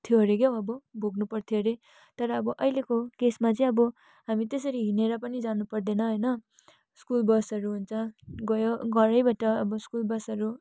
थियो अरे क्या हौ अब भोग्नुपर्थ्यो अरे तर अब अहिलेको केसमा चाहिँ अब हामी त्यसरी हिँडेर पनि जानु पर्दैन होइन स्कुल बसहरू हुन्छ गयो घरैबाट अब स्कुल बसहरू